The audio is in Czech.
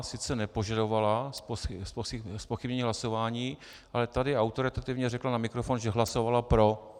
Sice nepožadovala zpochybnění hlasování, ale tady autoritativně řekla na mikrofon, že hlasovala pro.